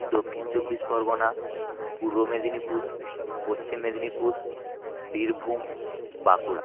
দক্ষিণ চব্বিশ পরগনা পূর্ব মেদিনীপুর পশ্চিম মেদিনীপুর বীরভূম বাঁকুড়া